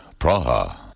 Praha